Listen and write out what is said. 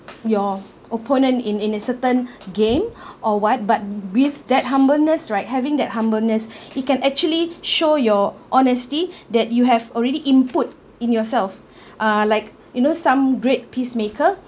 your opponent in in a certain game or what but with that humbleness right having that humbleness you can actually show your honesty that you have already input in yourself uh like you know some great peacemaker